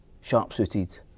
sharp-suited